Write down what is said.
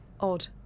odd